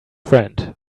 friend